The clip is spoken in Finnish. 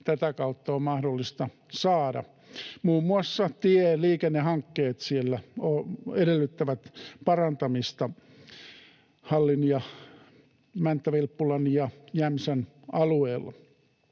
tätä kautta on mahdollista saada. Muun muassa tieliikennehankkeet Hallin, Mänttä-Vilppulan ja Jämsän alueella